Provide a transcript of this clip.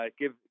give